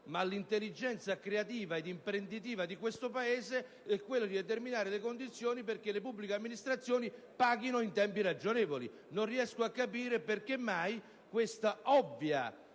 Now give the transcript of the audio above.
ma all'intelligenza creativa ed imprenditoriale di questo Paese, è quello di determinare le condizioni perché le pubbliche amministrazioni paghino in tempi ragionevoli. Non riesco a capire perché mai questo ovvio